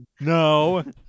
No